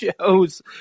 shows